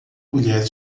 colher